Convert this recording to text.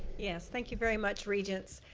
yes, thank you very much, regents.